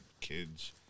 kids